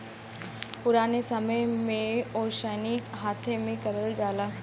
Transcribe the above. पुराने समय में ओसैनी हाथे से करल जाला